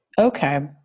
Okay